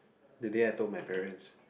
that day I told my parents